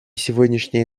сегодняшние